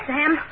Sam